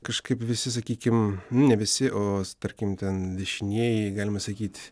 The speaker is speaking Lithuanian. kažkaip visi sakykim nu ne visi o tarkim ten dešinieji galima sakyt